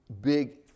big